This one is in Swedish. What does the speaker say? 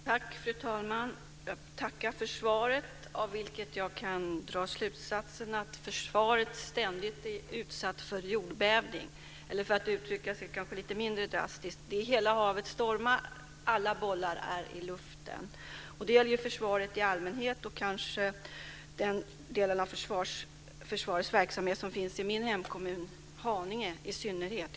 Fru talman! Jag får tacka för svaret, av vilket jag kan dra slutsatsen att försvaret ständigt är utsatt för jordbävning. Eller för att uttrycka sig lite mindre drastiskt: Det är hela havet stormar. Alla bollar är i luften. Det gäller försvaret i allmänhet, och kanske den delen av försvarets verksamhet som finns i min hemkommun Haninge i synnerhet.